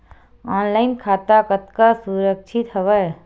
Online खाता कतका सुरक्षित हवय?